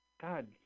God